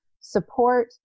support